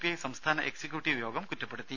I സംസ്ഥാന executive യോഗം കുറ്റപ്പെടുത്തി